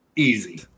easy